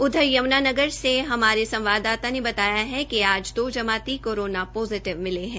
उधर यमुनानगर से हमारे संवाददाता ने बताया है कि आज दो जमाती कोरोना पॉजीटिव मिले हैं